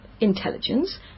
intelligence